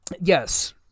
Yes